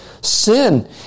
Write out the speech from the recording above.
sin